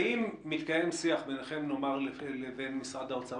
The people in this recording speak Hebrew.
האם מתקיים שיח ביניכם לבין משרד האוצר,